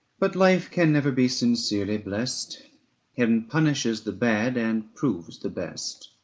but life can never be sincerely blest heaven punishes the bad, and proves the best.